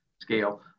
scale